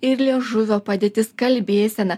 ir liežuvio padėtis kalbėsena